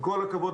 עם כל הכבוד,